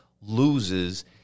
loses